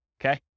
Okay